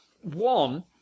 One